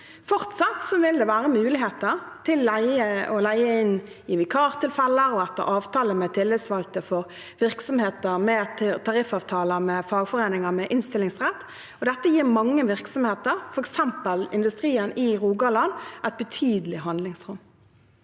Fortsatt vil det være muligheter til å leie inn i vikartilfeller og etter avtale med tillitsvalgte for virksomheter med tariffavtale med fagforeninger med innstillingsrett. Dette gir mange virksomheter, f.eks. industrien i Rogaland, et betydelig handlingsrom.